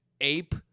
Ape